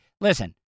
listen